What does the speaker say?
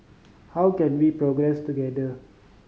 how can we progress together